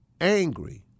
angry